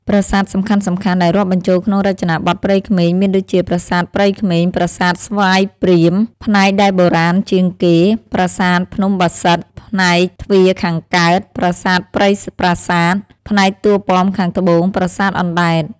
ប្រាសាទសំខាន់ៗដែលរាប់បញ្ចូលក្នុងរចនាបថព្រៃក្មេង មានដូចជា ប្រាសាទព្រៃក្មេង ប្រាសាទស្វាយព្រាម ផ្នែកដែលបុរាណជាងគេ ប្រាសាទភ្នំបាសិទ្ធ ផ្នែកទ្វារខាងកើត ប្រាសាទព្រៃប្រាសាទ ផ្នែកតួប៉មខាងត្បូង ប្រាសាទអណ្តែត ។